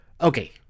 okay